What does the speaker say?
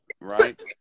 right